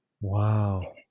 Wow